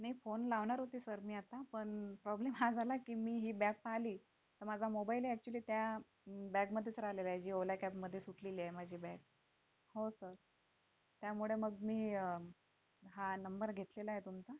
नाही फोन लावणार होती सर मी आता पण प्रॉब्लेम हा झाला की मी हे बॅग पाहिली तर माझा मोबाईलही ॲक्च्युली त्या बॅगमध्येच राहिलेला आहे जी ओला कॅबमध्ये सुटलेली आहे माझी बॅग हो सर त्यामुळे मग मी हा नंबर घेतलेला आहे तुमचा